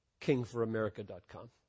kingforamerica.com